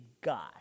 God